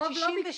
הרוב לא ביקשו.